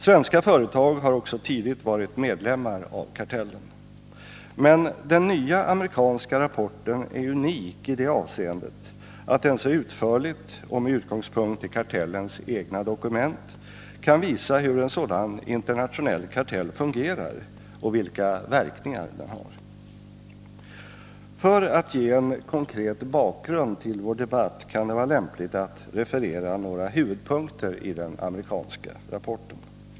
Svenska företag har också tidigt varit medlemmar av kartellen. Men den nya amerikanska rapporten är unik i det avseendet att den så utförligt och med utgångspunkt i kartellens egna dokument kan visa hur en sådan internationell kartell fungerar och vilka verkningar den har. För att ge en konkret bakgrund till vår debatt kan det vara lämpligt att referera några huvudpunkter i den amerikanska rapporten.